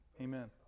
Amen